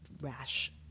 rash